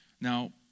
Now